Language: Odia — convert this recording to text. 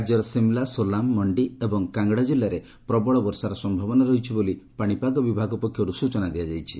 ରାଜ୍ୟର ସିମ୍ଳା ସୋଲାମ୍ ମଣ୍ଡି ଏବଂ କାଙ୍ଗ୍ଡ଼ା କିଲ୍ଲାରେ ପ୍ରବଳ ବର୍ଷାର ସମ୍ଭାବନା ରହିଛି ବୋଲି ପାଣିପାଗ ବିଭାଗ ପକ୍ଷର୍ତ ସ୍ଚନା ଦିଆଯାଇଛି